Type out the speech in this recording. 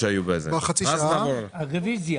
רוויזיה